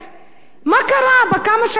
מה קרה בכמה שנים האחרונות,